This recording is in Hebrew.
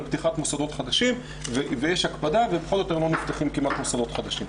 פתיחת מוסדות חדשים והיום כמעט ולא נפתחים מוסדות חדשים.